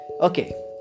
Okay